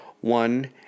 one